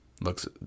Looks